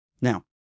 Now